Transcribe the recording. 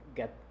get